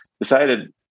decided